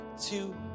two